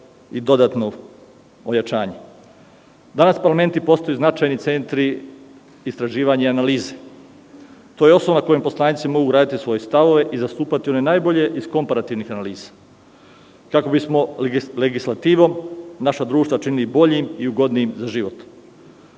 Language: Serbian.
i dodatno ojačanje. Danas parlamenti postaju značajni centri istraživanja i analize. To je osnova na kojoj poslanici mogu izgraditi svoje stavove i zastupati one najbolje iz komparativnih analiza kako bismo legislativom naša društva učinili boljim i ugodnijim za